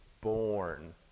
born